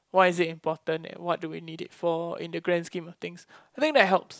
why is it important and what do we need it for in the grand scheme of things I think that helps